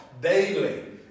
daily